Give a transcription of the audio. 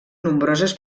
nombroses